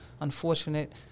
unfortunate